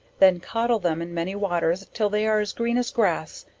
then codle them in many waters till they are as green as grass,